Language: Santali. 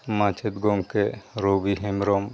ᱢᱟᱪᱮᱫ ᱜᱚᱢᱠᱮ ᱨᱚᱵᱤ ᱦᱮᱵᱨᱚᱢ